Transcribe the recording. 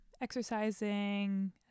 exercising